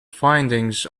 findings